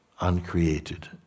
uncreated